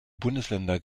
bundesländer